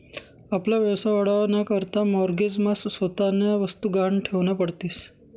आपला व्यवसाय वाढावा ना करता माॅरगेज मा स्वतःन्या वस्तु गहाण ठेवन्या पडतीस